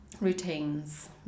routines